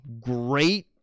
great